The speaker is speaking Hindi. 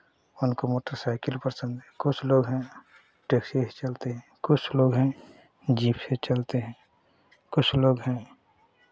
उनको मोटरसाइकिल पसंद है कुछ लोग हैं टैक्सी से चलते हैं कुछ लोग हैं जीप से चलते हैं कुछ लोग हैं